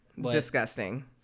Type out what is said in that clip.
Disgusting